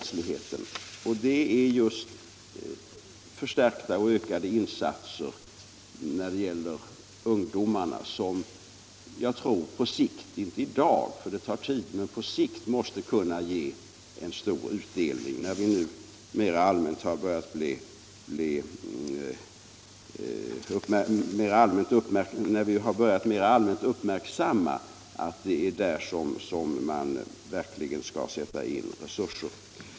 Det är just förstärkta och ökade insatser när det gäller ungdomarna som jag tror på sikt — inte i dag, för det tar tid — måste kunna ge en stor utdelning, när vi nu har börjat mera allmänt uppmärksamma att det är där vi verkligen skall sätta in resurser.